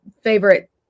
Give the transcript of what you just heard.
favorite